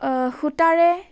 সূতাৰে